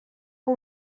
que